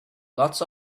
lots